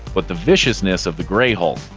but the viciousness of the gray hulk.